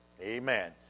Amen